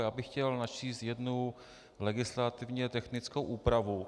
Já bych chtěl načíst jednu legislativně technickou úpravu.